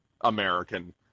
American